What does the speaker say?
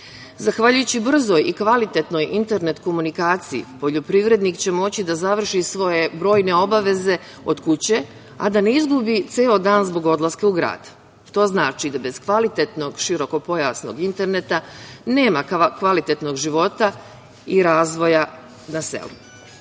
itd. Zahvaljujući brzoj i kvalitetnoj internet komunikaciji poljoprivrednik će moći da završi svoje brojne obaveze od kuće, a da ne izgubi ceo dan zbog odlaska u grad. To znači da bez kvalitetnog širokopojasnog interneta nema kvalitetnog života i razvoja na